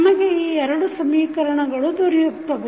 ನಮಗೆ ಈ ಎರಡು ಸಮೀಕರಣಗಳು ದೊರೆಯುತ್ತವೆ